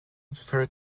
ferrite